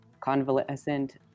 Convalescent